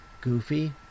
goofy